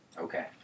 Okay